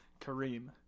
Kareem